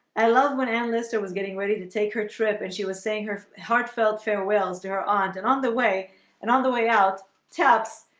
i love when anne lister was getting ready to take her trip and she was saying her heartfelt farewells to her aunt and on the way and on the way out taps